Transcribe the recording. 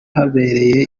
habereye